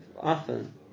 often